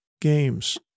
games